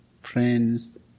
friends